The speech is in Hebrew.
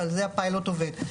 ועל זה הפיילוט עובד.